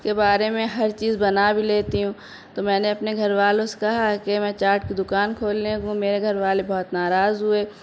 اس کے بارے میں ہر چیز بنا بھی لیتی ہوں تو میں نے اپنے گھر والوں سے کہا ہے کہ میں چاٹ کی دکان کھولنے کو میرے گھر والے بہت ناراض ہوئے